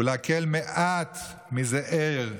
ולהקל מעט מזער מסבלם.